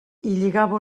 lligava